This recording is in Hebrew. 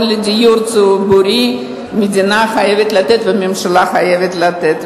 לדיור ציבורי המדינה חייבת לתת והממשלה חייבת לתת,